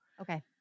Okay